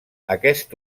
aquest